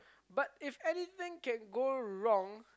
but if anything can go wrong